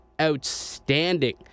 outstanding